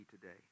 today